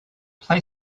play